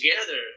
together